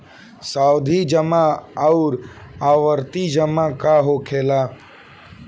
सावधि जमा आउर आवर्ती जमा का होखेला?